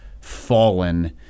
fallen